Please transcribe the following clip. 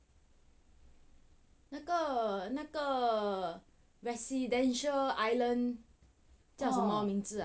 那个那个 residential island 叫什么名字啊